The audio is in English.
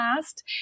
last